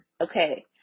Okay